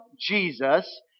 Jesus